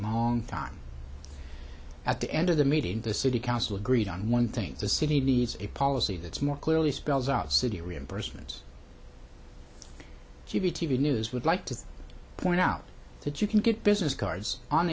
long time at the end of the meeting the city council agreed on one thing the city needs a policy that's more clearly spells out city reimbursements give you t v news would like to point out that you can get business cards on